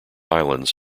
islands